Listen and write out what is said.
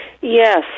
Yes